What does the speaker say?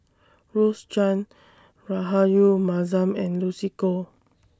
Rose Chan Rahayu Mahzam and Lucy Koh